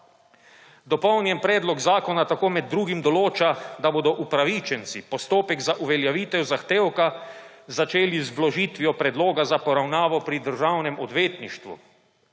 Dopolnjen predlog zakona tako med drugim določa, da bodo upravičenci postopek za uveljavitev zahtevka začeli z vložitvijo predloga za poravnavo pri državnem odvetništvu,